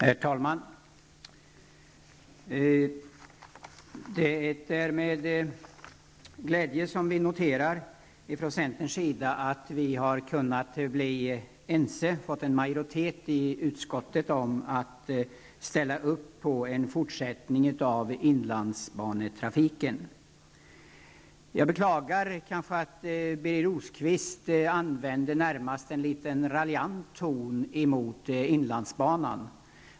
Herr talman! Det är med glädje som vi från centerns sida noterar att vi har fått en majoritet i utskottet att ställa upp på en fortsättning av trafiken på inlandsbanan. Jag beklagar att Birger Rosqvist använde en närmast raljant ton mot inlandsbanan.